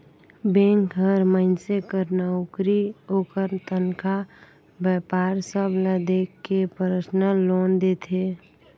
bank हर मइनसे कर नउकरी, ओकर तनखा, बयपार सब ल देख के परसनल लोन देथे